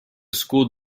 school